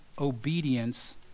obedience